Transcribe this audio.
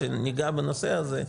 כשניגע בנושא הזה,